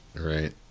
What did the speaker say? Right